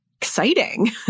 exciting